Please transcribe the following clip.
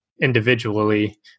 individually